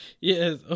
Yes